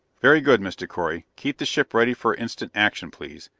very good, mr. correy. keep the ship ready for instant action, please,